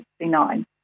1969